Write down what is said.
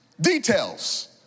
details